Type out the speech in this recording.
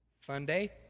Sunday